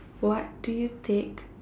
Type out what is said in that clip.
what do you take